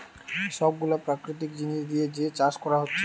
সব গুলা প্রাকৃতিক জিনিস দিয়ে যে চাষ কোরা হচ্ছে